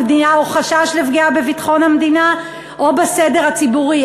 המדינה או חשש לפגיעה בביטחון המדינה או בסדר הציבורי.